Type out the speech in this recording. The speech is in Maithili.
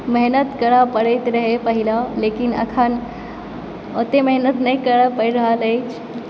मेहनत करय पड़ैत रहय पहिने लेकिन अखन ओतय मेहनत नहि करय पड़ि रहल अछि